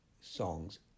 songs